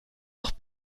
doch